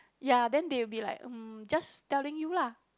ya then they will be like mm just telling you lah